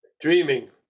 dreaming